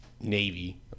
Navy